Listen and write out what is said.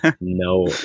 no